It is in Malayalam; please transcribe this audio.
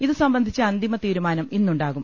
ഇതു സംബ ന്ധിച്ച അന്തിമ തീരുമാനം ഇന്നുണ്ടാകും